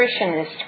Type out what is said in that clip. nutritionist